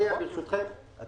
אני